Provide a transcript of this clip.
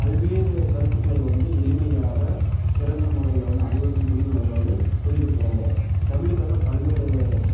பல்வேறு கருத்துக்களை வந்து எளிமையாக சிறந்த முறையில் வந்து அனைவருக்கும் புரியும் வகையில் வந்து சொல்லி கொடுத்துக்குறாங்க தமிழுக்காக பல்வேறு